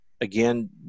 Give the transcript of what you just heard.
Again